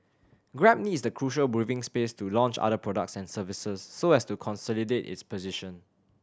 grab needs the crucial breathing space to launch other products and services so as to consolidate its position